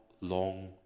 long